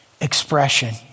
expression